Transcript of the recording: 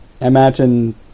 imagine